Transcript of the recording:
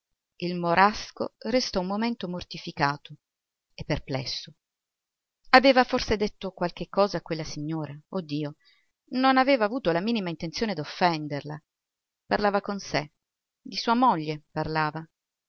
il morasco restò un momento mortificato e perplesso aveva forse detto qualche cosa a quella signora oh dio non aveva avuto la minima intenzione d'offenderla parlava con sé di sua moglie parlava